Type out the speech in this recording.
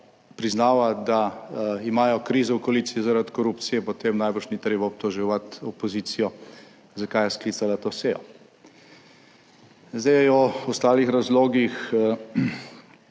priznava, da imajo krizo v koaliciji zaradi korupcije, potem najbrž ni treba obtoževati opozicije, zakaj je sklicala to sejo. O ostalih razlogih